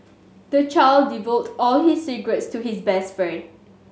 the child divulged all his secrets to his best friend